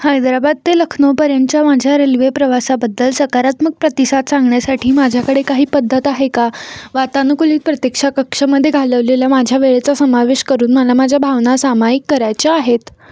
हैदराबाद ते लखनौपर्यंतच्या माझ्या रेल्वे प्रवासाबद्दल सकारात्मक प्रतिसाद सांगण्यासाठी माझ्याकडे काही पद्धत आहे का वातानुकुलीत प्रतीक्षाकक्षामध्ये घालवलेल्या माझ्या वेळेचा समावेश करून मला माझ्या भावना सामायिक करायच्या आहेत